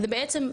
בעצם,